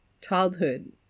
childhood